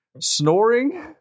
Snoring